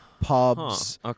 pubs